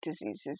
diseases